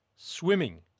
Swimming